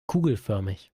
kugelförmig